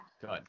Good